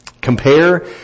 Compare